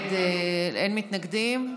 אין מתנגדים.